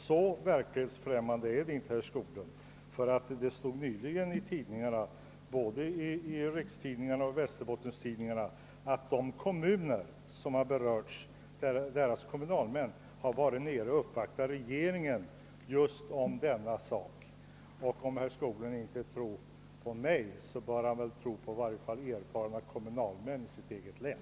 Så verklighetsfrämmande är vi inte som herr Skoglund vill göra gällande, ty det stod nyligen både i rikspressen och i västerbottenstidningarna att kommunalmän från de kommuner som det här gäller uppvaktat regeringen just i denna fråga. Om herr Skoglund inte tror på mig, bör han i varje fall tror på erfarna kommunalmän från sitt eget län.